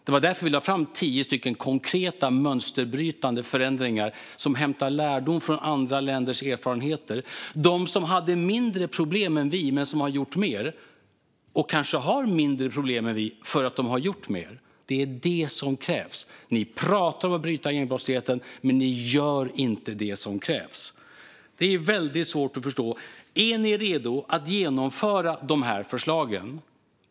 Det är därför vi har lagt fram förslag på tio stycken konkreta mönsterbrytande förändringar där vi drar lärdom av andra länders erfarenheter. De länderna hade mindre problem än vi men har gjort mer, och de har kanske mindre problem än vi för att de har gjort mer. Det är det som krävs. Ni pratar om att bryta gängbrottsligheten. Men ni gör inte det som krävs. Det är väldigt svårt att förstå. Är ni redo att genomföra de här förslagen?